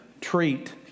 treat